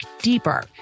deeper